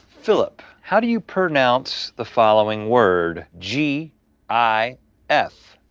filipp, how do you pronounce the following word g i f.